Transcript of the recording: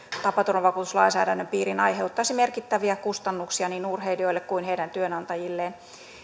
tapaturmavakuutuslainsäädännön piiriin aiheuttaisi merkittäviä kustannuksia niin urheilijoille kuin heidän työnantajilleen